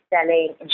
selling